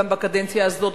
גם בקדנציה הזאת,